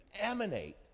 emanate